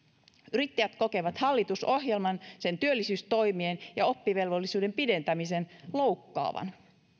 yrittäjät kokevat hallitusohjelman sen työllisyystoimien ja oppivelvollisuuden pidentämisen loukkaavan